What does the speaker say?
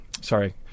Sorry